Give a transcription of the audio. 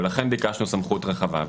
ולכן ביקשנו סמכות רחבה.